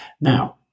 Now